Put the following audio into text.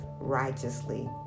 righteously